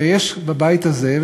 ויש בבית הזה,